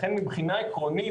לכן מבחינה עקרונית,